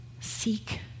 Seek